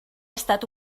estat